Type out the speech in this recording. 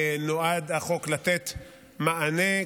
נועד החוק לתת מענה,